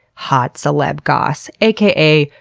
hot celeb goss. aka,